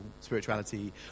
spirituality